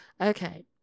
Okay